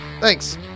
Thanks